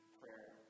prayer